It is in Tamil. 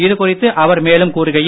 இதுகுறித்து அவர் மேலும் கூறுகையில்